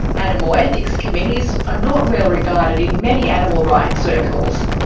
animal ethics committees are not well regarded in many animal rights circles.